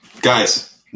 guys